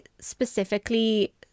specifically